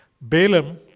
Balaam